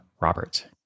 Robert